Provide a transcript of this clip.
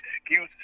excuses